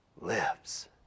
lives